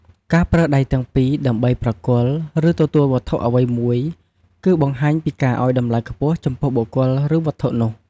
ការប្រើដៃទាំងពីរដើម្បីប្រគល់ ឬទទួលវត្ថុអ្វីមួយ គឺបង្ហាញពីការឲ្យតម្លៃខ្ពស់ចំពោះបុគ្គល ឬវត្ថុនោះ។